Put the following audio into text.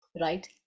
right